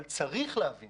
אבל צריך להבין